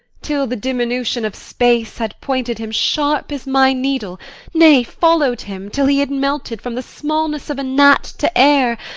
till the diminution of space had pointed him sharp as my needle nay, followed him till he had melted from the smallness of a gnat to air,